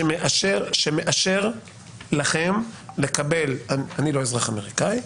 שמאשר לכם לקבל, אני לא אזרח אמריקאי,